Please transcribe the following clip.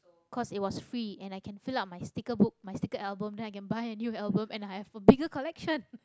'cause it was free and i call fill up my sticker book my sticker album then i can buy a new album and i have a bigger collection